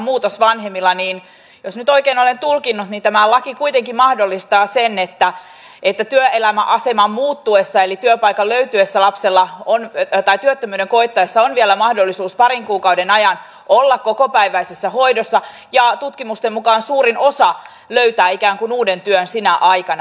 jos nyt oikein olen tulkinnut niin tämä laki kuitenkin mahdollistaa sen että työelämäaseman muuttuessa eli työttömyyden koittaessa lapsella on mahdollisuus vielä parin kuukauden ajan olla kokopäiväisessä hoidossa ja tutkimusten mukaan suurin osa löytää ikään kuin uuden työn sinä aikana